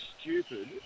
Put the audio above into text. stupid